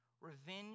Revenge